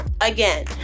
again